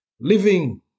Living